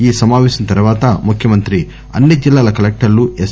ఈ సమావేశం తర్వాత ముఖ్యమంత్రి అన్ని జిల్లాల కలెక్టర్లు ఎస్